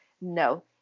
no